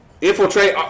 infiltrate